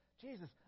Jesus